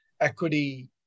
equity